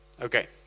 okay